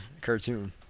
cartoon